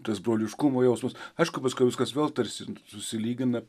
tas broliškumo jausmas aišku paskui viskas vėl tarsi susilygina